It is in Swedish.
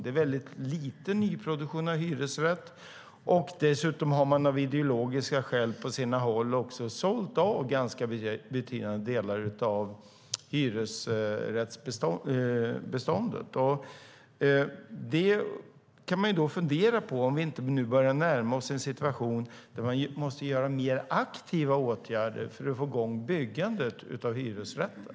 Det är väldigt lite nyproduktion av hyresrätt. Dessutom har man av ideologiska skäl på sina håll sålt av ganska betydande delar av hyresrättsbeståndet. Man kan fundera på om vi inte nu börjar närma oss en situation där vi måste vidta mer aktiva åtgärder för att få i gång byggandet av hyresrätter.